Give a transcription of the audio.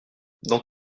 dans